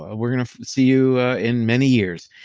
ah we're going to see you in many years.